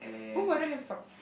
!oo! I don't have a socks